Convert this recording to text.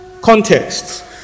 context